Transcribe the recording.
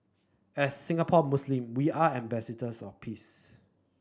as Singaporean Muslim we are ambassadors of peace